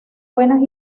buenas